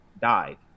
died